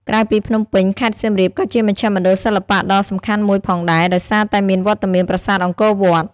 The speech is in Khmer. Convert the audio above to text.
ក្រៅពីភ្នំពេញ ខេត្តសៀមរាបក៏ជាមជ្ឈមណ្ឌលសិល្បៈដ៏សំខាន់មួយផងដែរ ដោយសារតែមានវត្តមានប្រាសាទអង្គរវត្ត។